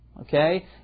okay